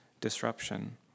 disruption